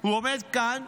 הוא עומד כאן,